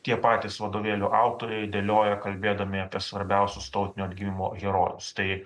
tie patys vadovėlių autoriai dėlioja kalbėdami apie svarbiausius tautinio atgimimo herojus tai